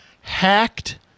hacked